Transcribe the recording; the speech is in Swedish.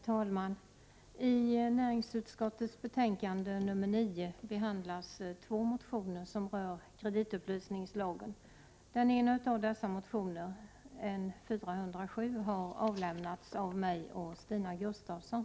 Herr talman! I näringsutskottets betänkande nr 9 behandlas två motioner som rör kreditupplysningslagen. Den ena av dessa motioner, N407, har avlämnats av mig och Stina Gustavsson.